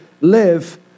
live